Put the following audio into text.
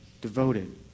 devoted